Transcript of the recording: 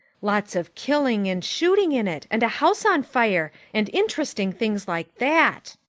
lots of killing and shooting in it, and a house on fire, and in'trusting things like that.